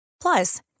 plus